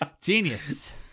genius